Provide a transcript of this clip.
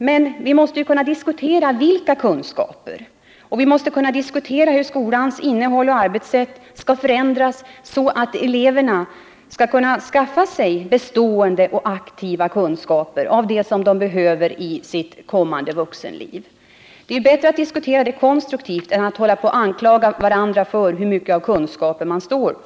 Men vi måste kunna diskutera vilka kunskaper som är viktigast och hur skolans innehåll och arbetssätt skall förändras så att eleverna kan skaffa sig de bestående och aktiva kunskaper som de behöver i sitt kommande vuxenliv. Det är bättre att konstruktivt diskutera detta än att anklaga varandra för att inte tillräckligt värdera kunskaperna.